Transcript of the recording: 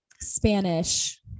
Spanish